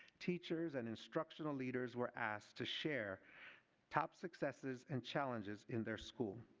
teachers and instructional leaders were asked to share top successes and challenges in their school.